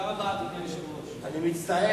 חבר הכנסת